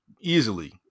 easily